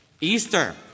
Easter